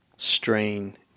Strain